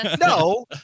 No